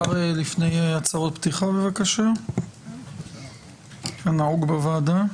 האם אפשר בבקשה לפני הדיון הצהרות פתיחה כנהוג בוועדה?